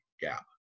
gap